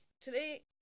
today